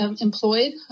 employed